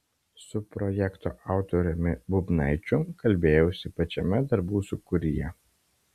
su projekto autoriumi bubnaičiu kalbėjausi pačiame darbų sūkuryje